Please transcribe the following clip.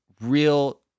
real